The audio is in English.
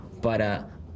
para